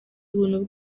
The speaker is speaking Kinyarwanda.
ubuntu